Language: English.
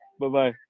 Bye-bye